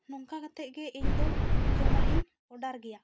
ᱱᱚᱝᱠᱟ ᱠᱟᱛᱮ ᱜᱮ ᱤᱧ ᱫᱚ ᱡᱚᱢᱟᱜ ᱤᱧ ᱚᱰᱟᱨ ᱜᱮᱭᱟ